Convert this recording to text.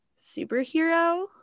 superhero